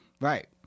right